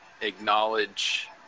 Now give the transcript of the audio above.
acknowledge